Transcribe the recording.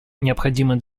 необходимый